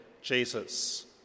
Jesus